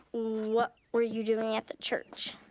what were you doing at the church?